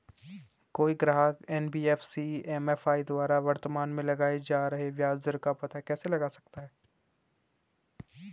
कोई ग्राहक NBFC MFI द्वारा वर्तमान में लगाए जा रहे ब्याज दर का पता कैसे लगा सकता है?